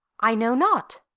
i know not.